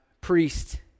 priest